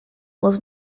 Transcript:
was